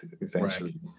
Essentially